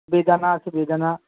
বেদানা আছে বেদানা